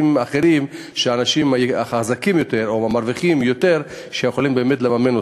אחרים שהאנשים החזקים יותר או המרוויחים יותר יכולים באמת לממן.